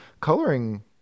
coloring